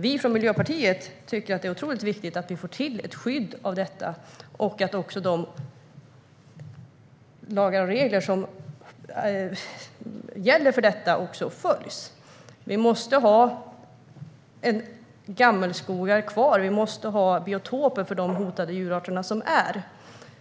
Vi från Miljöpartiet tycker att det är otroligt viktigt att vi får till ett skydd av detta och att de lagar och regler som gäller för det här följs. Vi måste ha gammelskogar kvar. Vi måste ha biotoper för de hotade djurarterna.